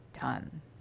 done